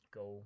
go